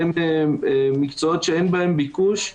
שבהם מקצועות שאין בהם ביקוש,